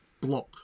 block